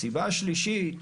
הסיבה השלישית,